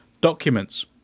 documents